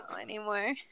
anymore